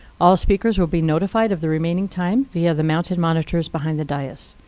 all speakers will be notified of the remaining time via the mounted monitors behind the dais.